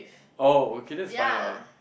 oh okay that's fine lah